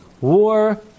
war